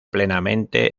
plenamente